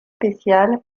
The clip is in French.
spécial